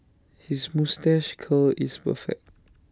his moustache curl is perfect